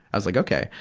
i was like, okay.